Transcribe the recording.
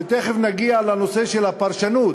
ותכף נגיע לנושא של הפרשנות.